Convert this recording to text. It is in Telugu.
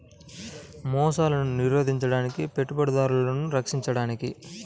మోసాలను నిరోధించడానికి, పెట్టుబడిదారులను రక్షించడానికి